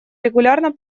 регулярно